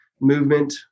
movement